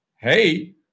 hey